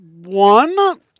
One